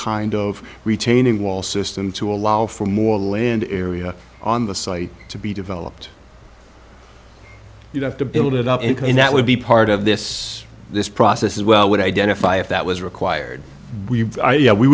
kind of retaining wall system to allow for more land area on the site to be developed you have to build it up and that would be part of this this process as well would identify if that was required yeah we